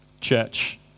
church